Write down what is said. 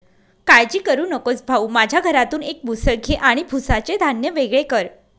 काळजी करू नकोस भाऊ, माझ्या घरातून एक मुसळ घे आणि भुसाचे धान्य वेगळे कर